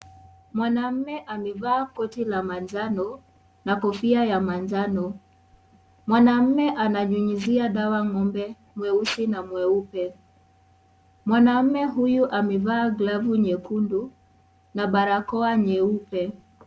Mwanamme amevaa koti ya manjano na kofia ya manjano. Mwanamme ananyunyizia dawa ng'ombe mweusi na mweupe, mwanamme huyu ameevaa glavu nyekundu na barakoa nyeupe.